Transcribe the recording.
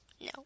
No